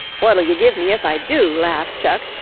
what'll you give me if i do? laughed chuck.